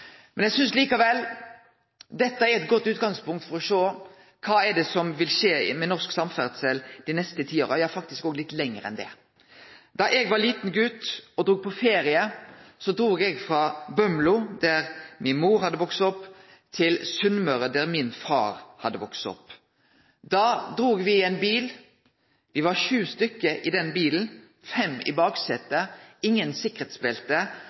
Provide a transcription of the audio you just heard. men er at eg meiner det er eit behov for ei større fornying, og eg meiner òg det er behov for større satsingar enn det regjeringa har lagt fram. Eg synest likevel dette er eit godt utgangspunkt for å sjå kva det er som vil skje med norsk samferdsel dei neste ti åra – ja faktisk òg litt lenger enn det. Da eg var liten gut og drog på ferie, drog eg frå Bømlo, der mor mi hadde vakse opp, til Sunnmøre, der far min hadde